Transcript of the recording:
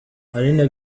aline